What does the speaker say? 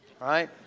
right